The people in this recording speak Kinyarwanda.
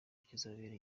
kizabera